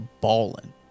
balling